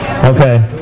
Okay